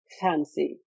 fancy